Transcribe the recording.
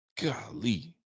Golly